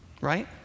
Right